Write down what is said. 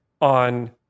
on